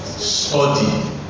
study